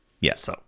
Yes